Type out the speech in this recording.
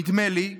נדמה לי,